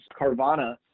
Carvana